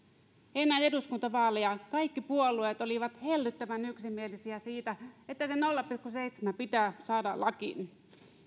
ennen eduskuntavaaleja kaikki puolueet olivat hellyttävän yksimielisiä siitä että se nolla pilkku seitsemän pitää saada lakiin